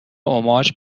اُماج